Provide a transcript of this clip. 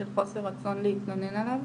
של חוסר רצון להתלונן עליו,